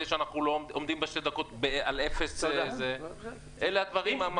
שאנחנו לא עומדים בשתי דקות על אפס - אלה הדברים המהותיים.